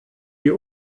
die